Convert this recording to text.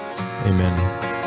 Amen